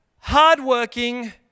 hardworking